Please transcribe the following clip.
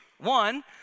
one